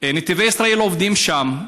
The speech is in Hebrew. נתיבי ישראל עובדים שם.